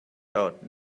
out